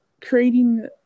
creating